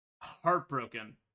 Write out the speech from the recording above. Heartbroken